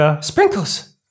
Sprinkles